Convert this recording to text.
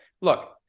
Look